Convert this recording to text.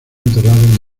enterrado